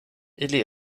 ili